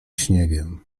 śniegiem